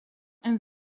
and